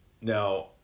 now